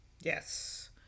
Yes